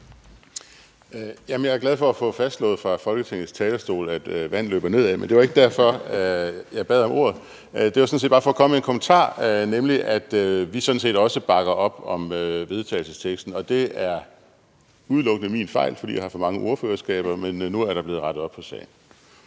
jeg er glad for at få fastslået fra Folketingets talerstol, at vand løber nedad, men det var ikke derfor, jeg bad om ordet. Det var sådan set bare for at komme med en kommentar, nemlig at vi også bakker op om forslaget til vedtagelse. Det er udelukkende min fejl, fordi jeg har for mange ordførerskaber, men nu er der blevet rettet op på sagen.